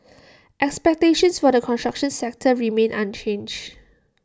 expectations for the construction sector remain unchanged